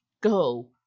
Go